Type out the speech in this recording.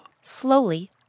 Slowly